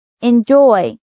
Enjoy